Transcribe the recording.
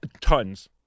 Tons